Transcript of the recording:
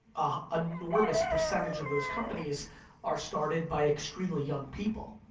ah enormous percentage of those companies are started by extremely young people.